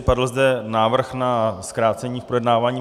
Padl zde návrh na zkrácení projednávání.